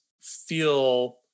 feel